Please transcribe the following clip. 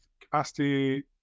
capacity